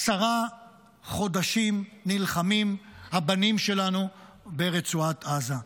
עשרה חודשים נלחמים הבנים שלנו ברצועת עזה.